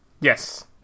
Yes